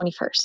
21st